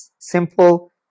simple